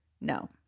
no